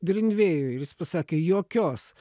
grindvėjui ir jis pasakė jokios